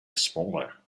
smaller